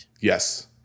Yes